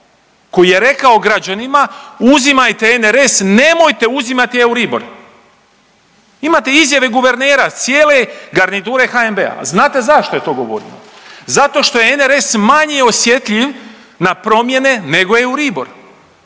koji je rekao građanima uzimajte NRS, nemojte uzimati Euribor, imate izjave guvernera i cijele garniture HNB-a. A znate zašto je to govorio? Zato što je NRS manje osjetljiv na promjene nego Euribor.